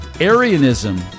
Arianism